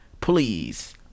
Please